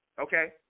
Okay